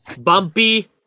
Bumpy